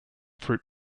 fruit